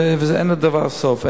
ואין לדבר סוף.